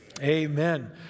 Amen